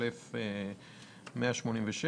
685,186